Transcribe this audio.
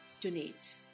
donate